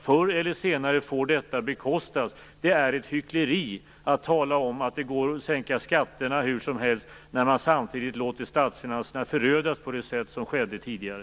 Förr eller senare får detta bekostas. Det är ett hyckleri att tala om att det går att sänka skatterna hur som helst, när man samtidigt låter statsfinanserna förödas på det sätt som skedde tidigare.